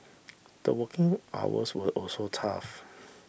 the working hours were also tough